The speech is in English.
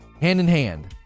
Hand-in-hand